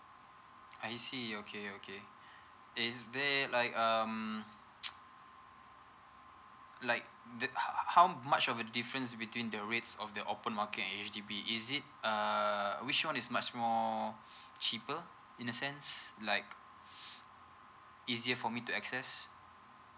I see okay okay is there like um like the how how much of a difference between the rates of the open market and H_D_B is it err which one is much more cheaper in a sense like easier for me to access